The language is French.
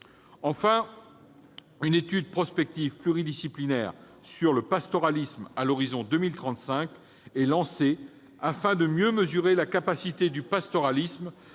Enfin, une étude prospective pluridisciplinaire sur le pastoralisme à l'horizon de 2035 est lancée afin de mieux mesurer la capacité du pastoralisme